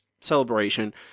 celebration